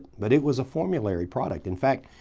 but it was a formulated product. in fact,